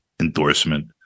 endorsement